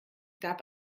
gab